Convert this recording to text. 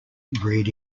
breed